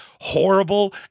horrible